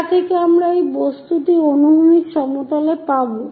যা থেকে আমরা এই বস্তুটি অনুভূমিক সমতলে পাবো